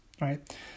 right